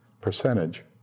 percentage